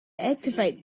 activate